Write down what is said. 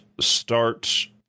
start